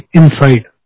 inside